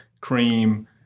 cream